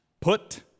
Put